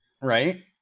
Right